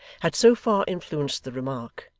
had so far influenced the remark,